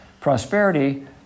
prosperity